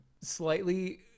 slightly